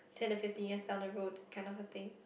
ten to fifty years down the road kind of a thing